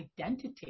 identity